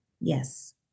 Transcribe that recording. yes